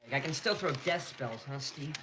i can still throw death spells, huh, steve?